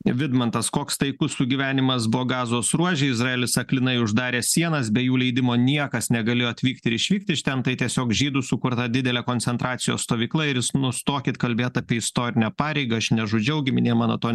vidmantas koks taikus sugyvenimas buvo gazos ruože izraelis aklinai uždarė sienas be jų leidimo niekas negalėjo atvykt ir išvykt iš ten tai tiesiog žydų sukurta didelė koncentracijos stovykla ir jūs nustokit kalbėt apie istorinę pareigą aš nežudžiau giminė mano ne